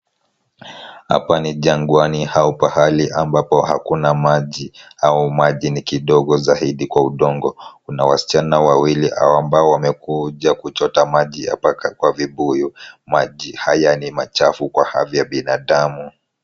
Hapa ni jagwani au mahali ambapo hakuna maji au maji ni kidogo zaidi kwa udongo. Kuna wasichana wawili ambao wamekuja kuchota maji hapa kwa vibuyu. Maji haya ni machafu kwa afya ya binadamu.